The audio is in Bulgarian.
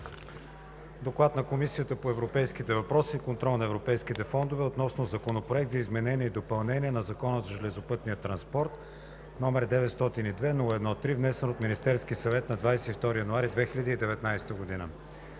„ДОКЛАД на Комисията по европейските въпроси и контрол на европейските фондове относно Законопроект за изменение и допълнение на Закона за железопътния транспорт, № 902-01-3, внесен от Министерския съвет на 22 януари 2019 г.